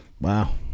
Wow